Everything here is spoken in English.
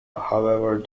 however